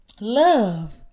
Love